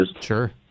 Sure